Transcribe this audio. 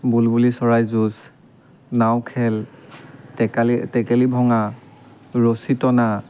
বুলবুলি চৰাই যুঁজ নাও খেল টেকালি টেকেলি ভঙা ৰছী টনা